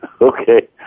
Okay